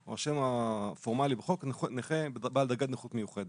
או השם הפורמלי בחוק: "נכה בעלת דרגת נכות מיוחדת".